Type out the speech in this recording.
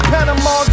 Panama